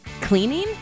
cleaning